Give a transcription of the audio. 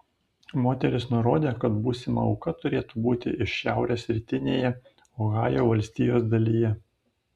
moteris nurodė kad būsima auka turėtų būti iš šiaurės rytinėje ohajo valstijos dalyje